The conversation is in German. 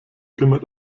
kümmert